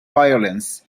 violence